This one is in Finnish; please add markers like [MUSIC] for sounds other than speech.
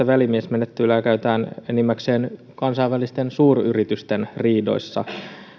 [UNINTELLIGIBLE] välimiesmenettelyä käytetään enimmäkseen kansainvälisten suuryritysten riidoissa